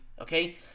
Okay